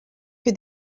que